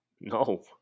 No